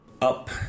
up